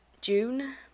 June